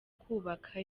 kubaka